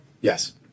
Yes